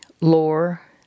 lore